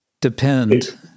depend